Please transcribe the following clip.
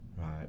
right